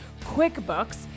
QuickBooks